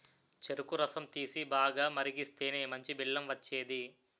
చెరుకు రసం తీసి, బాగా మరిగిస్తేనే మంచి బెల్లం వచ్చేది